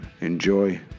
Enjoy